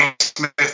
Smith